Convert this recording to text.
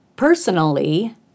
personally